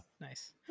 Nice